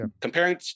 comparing